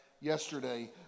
yesterday